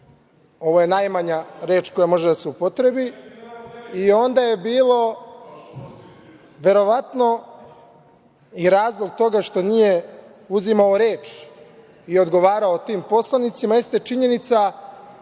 Ovo je najmanja reč koja može da se upotrebi. I onda je bilo verovatno i razlog toga što nije uzimao reč i odgovarao tim poslanicima jeste činjenica